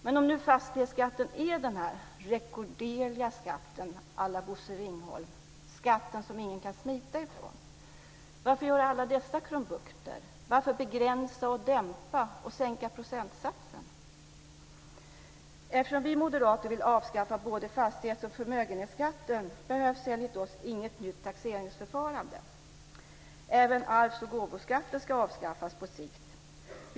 Men om nu fastighetsskatten är den där rekorderliga skatten à la Bosse Ringholm, skatten som ingen kan smita från, varför då göra alla dessa krumbukter? Varför begränsa, dämpa och sänka procentsatsen? Eftersom vi moderater vill avskaffa både fastighets och förmögenhetsskatten behövs enligt oss inget nytt taxeringsförfarande. Även arvs och gåvoskatten ska avskaffas på sikt.